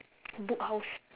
book house